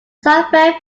software